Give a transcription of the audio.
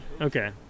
Okay